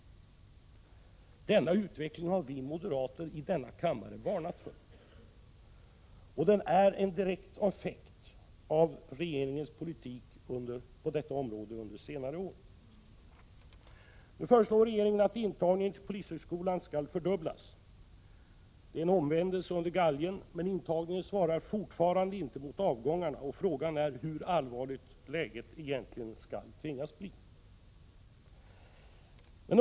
En sådan utveckling har vi moderater i denna kammare varnat för. Den är en direkt effekt av regeringens politik på detta område under senare år. Regeringen föreslår nu att intagningen till polishögskolan skall fördubblas. Det är en omvändelse under galgen. Intagningen svarar emellertid fortfarande inte mot avgångarna. Frågan är hur allvarligt läget egentligen skall tvingas bli.